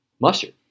mustard